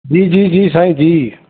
जी जी जी साईं जी